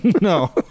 No